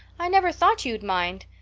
i never thought you'd mind.